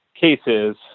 cases